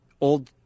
old